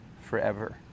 forever